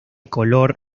color